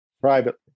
privately